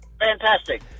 Fantastic